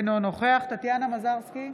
אינו נוכח טטיאנה מזרסקי,